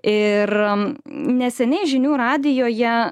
ir neseniai žinių radijoje